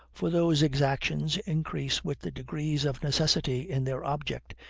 for those exactions increase with the degrees of necessity in their object,